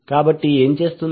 కాబట్టి ఏమి చేస్తుంది